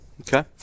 Okay